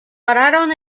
pararon